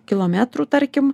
kilometrų tarkim